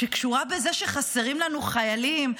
שקשורה בזה שחסרים לנו חיילים,